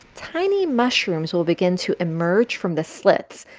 tiny mushrooms will begin to emerge from the slits,